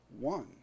one